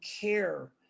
care